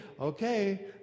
okay